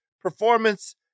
performance